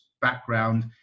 background